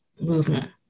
movement